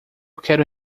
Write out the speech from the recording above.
quero